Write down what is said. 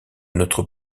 notre